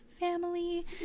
family